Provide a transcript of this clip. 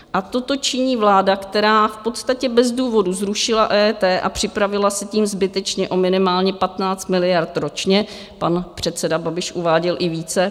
A toto činí vláda, která v podstatě bez důvodu zrušila EET a připravila se tím zbytečně o minimálně 15 miliard ročně, pan předseda Babiš uváděl i více.